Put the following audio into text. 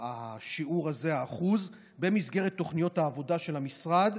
השיעור הזה מאוכלוסיות הגיוון השונות במסגרת תוכניות העבודה של המשרד.